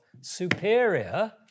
superior